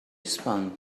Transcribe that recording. spun